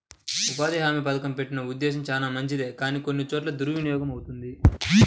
ఉపాధి హామీ పథకం పెట్టిన ఉద్దేశం చానా మంచిదే కానీ కొన్ని చోట్ల దుర్వినియోగమవుతుంది